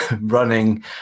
running